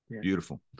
Beautiful